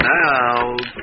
now